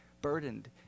burdened